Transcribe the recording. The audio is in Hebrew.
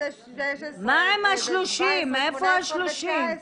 מה עם ה-30, איפה ה-30?